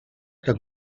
que